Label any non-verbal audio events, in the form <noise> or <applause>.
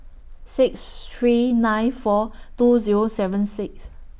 six three nine four <noise> two Zero seven six